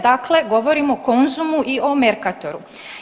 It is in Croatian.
Dakle, govorim o Konzumu i o Mercatoru.